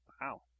Wow